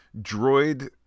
droid